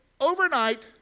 overnight